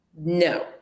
No